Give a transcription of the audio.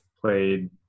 played